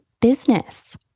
business